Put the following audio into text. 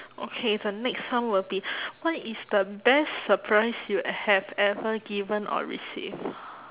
okay the next one will be what is the best surprise you have ever given or received